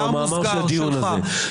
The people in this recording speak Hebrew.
המאמר המוסגר הוא המאמר של הדיון הזה.